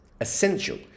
essential